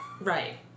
right